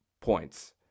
points